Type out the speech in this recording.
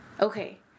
Okay